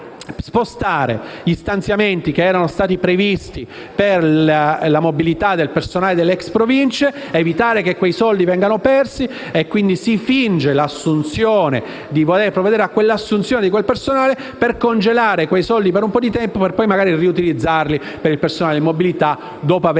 spostare stanziamenti previsti per la mobilità del personale delle ex Province ed evitare che quei soldi vengano persi; pertanto si finge di voler provvedere all'assunzione di quel personale per congelare quei soldi per un po' di tempo per poi magari riutilizzarli per il personale in mobilità dopo aver